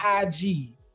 IG